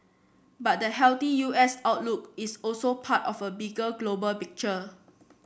but the healthy U S outlook is also part of a bigger global picture